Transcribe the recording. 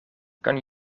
kan